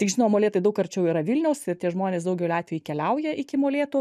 tik žinom molėtai daug arčiau yra vilniaus ir tie žmonės daugeliu atvejų keliauja iki molėtų